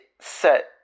set